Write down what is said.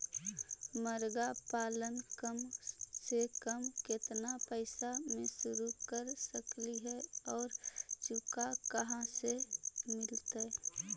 मरगा पालन कम से कम केतना पैसा में शुरू कर सकली हे और चुजा कहा से मिलतै?